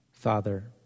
Father